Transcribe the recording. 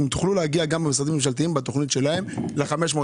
אתם תוכלו להגיע גם למשרדים הממשלתיים בתכנית שלהם ל-514,